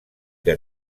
que